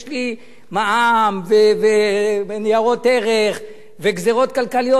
יש לי מע"מ וניירות ערך וגזירות כלכליות,